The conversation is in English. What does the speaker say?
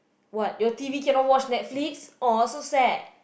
what your t_v cannot watch Netflix !aww! so sad